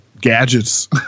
gadgets